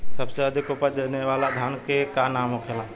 सबसे अधिक उपज देवे वाला धान के का नाम होखे ला?